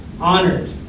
honored